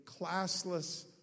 classless